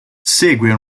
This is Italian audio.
segue